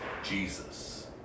Jesus